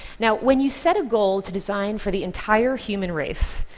now, when you set a goal to design for the entire human race,